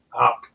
up